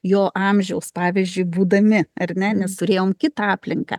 jo amžiaus pavyzdžiui būdami ar ne nes turėjom kitą aplinką